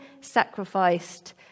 sacrificed